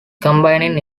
combining